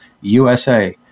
USA